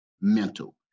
mental